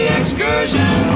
excursion